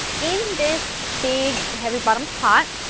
in this big heavy-bottomed pot,